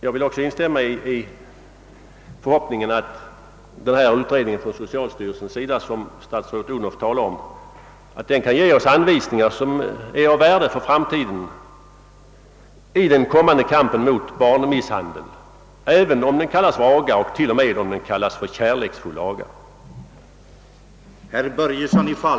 Jag instämmer i förhoppningen att den utredning som socialstyrelsen bedriver och som statsrådet Odhnoff nämnde i svaret skall ge oss värdefulla anvisningar för den kommande kampen mot barnmisshandel — även om denna misshan